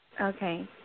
Okay